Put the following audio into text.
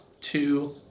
two